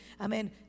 amen